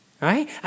right